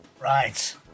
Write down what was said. right